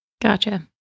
Gotcha